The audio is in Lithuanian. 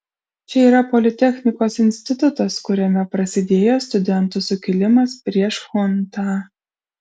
čia yra politechnikos institutas kuriame prasidėjo studentų sukilimas prieš chuntą